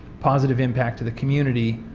positive impact to the community,